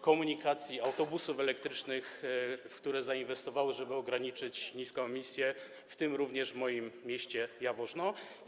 komunikacji, autobusów elektrycznych, w które zainwestowały, żeby ograniczyć niską emisję, w tym również w moim mieście Jaworznie?